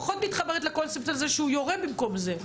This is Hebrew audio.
אני פחות מתחברת לקונספט שהוא יורה במקום זה.